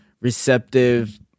receptive